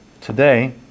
today